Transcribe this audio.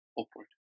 upward